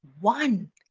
one